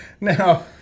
Now